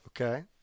Okay